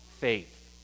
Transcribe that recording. faith